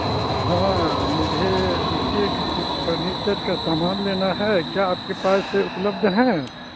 ہاں مجھے دیکھیے کہ کچھ پھرنیچر پھرنیچر کا سامان لینا ہے کیا آپ کے پاس اپلبدھ ہے